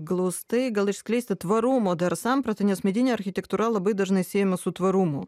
glaustai gal išskleisti tvarumo dar sampratą nes medinė architektūra labai dažnai siejama su tvarumu